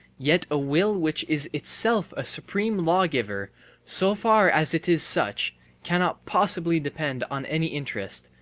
yet a will which is itself a supreme lawgiver so far as it is such cannot possibly depend on any interest,